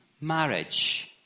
marriage